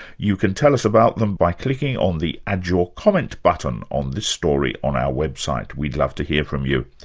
you can tell us about them by clicking on the add your comment button on this story on our website. we'd love to hear from you.